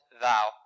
thou